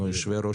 אנחנו יושבי-ראש,